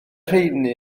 rheiny